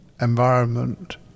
environment